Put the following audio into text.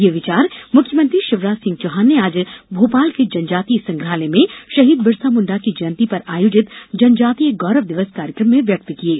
ये विचार मुख्यमंत्री शिवराज सिंह चौहान ने आज भोपाल के जनजातीय संग्रहालय में शहीद बिरसामुण्डा की जयंती पर आयोजित जनजातीय गौरव दिवस कार्यक्रम में व्यक्त किये